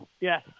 yes